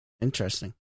Interesting